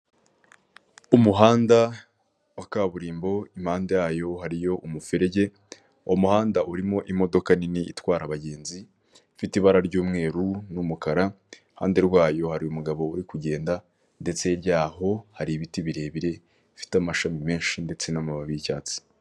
Umuhanda wa kaburimbo impande yayo hariyo umuferege umuhanda urimo imodoka nini itwara abagenzi ifite ibara ry'umweru n'umukara iruhande rwayo hari umugabo uri kugenda ndetse ryaho hari ibiti birebire bifite amashami menshi ndetse n'amababi y'icyatsi.